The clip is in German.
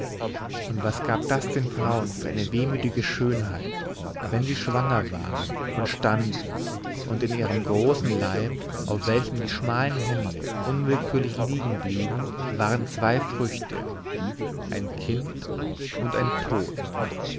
und was gab das den frauen für eine wehmütige schönheit wenn sie schwanger waren und standen und in ihrem großen leib auf welchem die schmalen hände unwillkürlich liegen blieben waren zwei früchte ein kind und ein tod